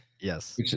Yes